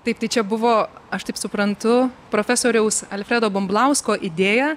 taip tai čia buvo aš taip suprantu profesoriaus alfredo bumblausko idėja